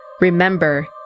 remember